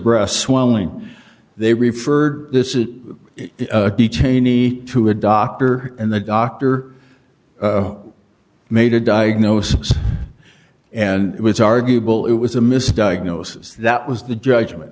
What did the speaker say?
breath swelling they referred this is a detainee to a doctor and the doctor made a diagnosis and it was arguable it was a misdiagnosis that was the judgment